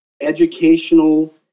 educational